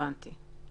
הבנתי.